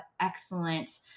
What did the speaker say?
excellent